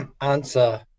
answer